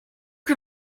can